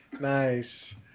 Nice